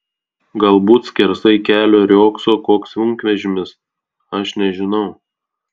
galbūt skersai kelio riogso koks sunkvežimis aš nežinau